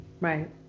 Right